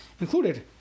included